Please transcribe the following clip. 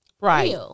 Right